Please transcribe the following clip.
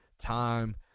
time